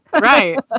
Right